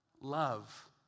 Love